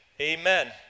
Amen